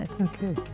Okay